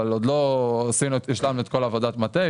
אבל עוד לא השלמנו את כל עבודת המטה.